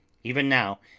even now,